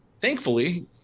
Thankfully